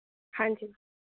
ਹਾਂਜੀ